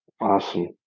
Awesome